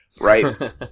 right